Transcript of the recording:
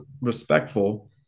respectful